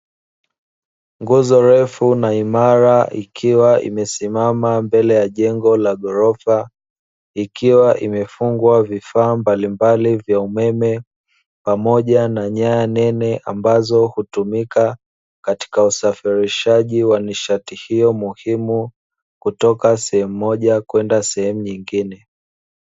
Nguzo refu na imara ikiwa imesimama mbele ya jengo la ghorofa, ikiwa imefungwa vifaa mbalimbali vya umeme, pamoja na nyaya nene ambazo hutumika katika usafirishaji wa nishati hiyo muhimu, kutoka sehemu moja kwenda sehemu nyingine.